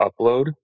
upload